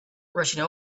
rushing